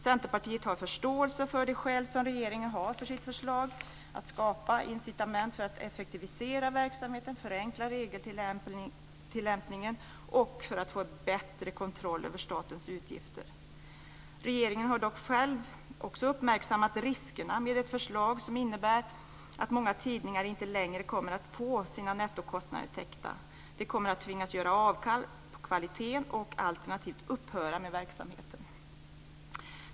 Centerpartiet har förståelse för de skäl som regeringen har för sitt förslag, nämligen att skapa incitament för att effektivisera verksamheten, förenkla regeltillämpningen och få en bättre kontroll över statens utgifter. Regeringen har dock själv uppmärksammat riskerna med ett förslag som innebär att många tidningar inte längre kommer att få sina nettokostnader täckta. De kommer att tvingas göra avkall på kvaliteten alternativt upphöra med verksamheten.